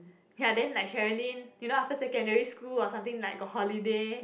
ya then like Sherilyn you know after secondary school got something like got holiday